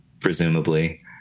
presumably